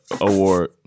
Award